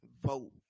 vote